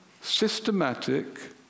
systematic